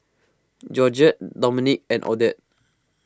Georgette Dominque and Odette